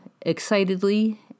excitedly